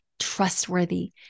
trustworthy